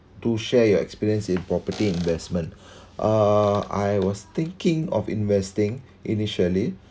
to share your experience in property investment uh I was thinking of investing initially